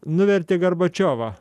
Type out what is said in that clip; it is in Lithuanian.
nuvertė gorbačiovą